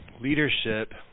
leadership